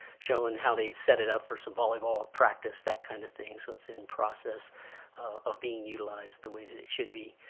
showing how they've set it up for some volleyball practice, that kind of thing. so it's in process of being utilized the way that it should be.